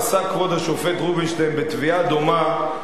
פסק כבוד השופט רובינשטיין בתביעה דומה,